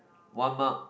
one mark